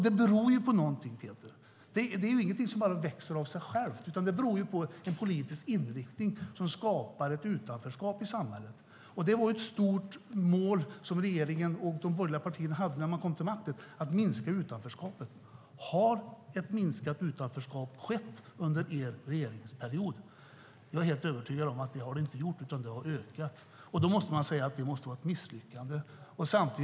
Det beror på någonting, Peter. Det är ingenting som växer av sig självt, utan det beror på en politisk inriktning som skapar ett utanförskap i samhället. Att minska utanförskapet var ett mål som regeringen och de borgerliga partierna kom till makten med. Har utanförskapet minskat under er regeringsperiod? Jag är helt övertygad om att det inte har gjort det, utan det har ökat. Man måste säga att det är ett misslyckande.